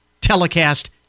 telecast